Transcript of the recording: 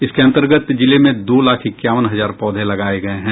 इसके अंतर्गत जिले में दो लाख इक्यावन हजार पौधे लगाये गये हैं